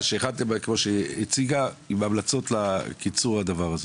שהכנתם כמו שהיא הציגה עם המלצות לקיצור הדבר הזה?